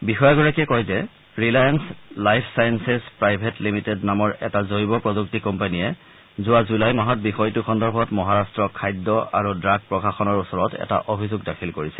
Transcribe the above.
বিষয়াগৰাকীয়ে কয় যে Reliance Life Sciences Private Limited নামৰ এটা জৈৱ প্ৰযুক্তি কোম্পানীয়ে যোৱা জুলাই মাহত বিষয়টো সন্দৰ্ভত মহাৰাট্ট খাদ্য আৰু ড্ৰাগ প্ৰশাসনৰ ওচৰত এটা অভিযোগ দাখিল কৰিছিল